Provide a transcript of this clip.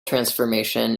transformation